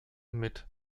mit